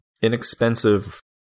inexpensive